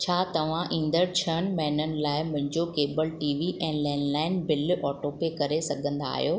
छा तव्हां ईंदड़ छहनि महिननि लाइ मुंहिंजो केबल टी वी ऐं लैंडलाइन बिल ऑटोपे करे सघंदा आहियो